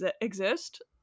exist